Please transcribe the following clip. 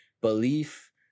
belief